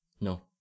no